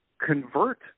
convert